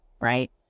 right